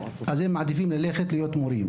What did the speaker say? אז הם מעדיפים ללכת להיות מורים.